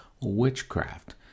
witchcraft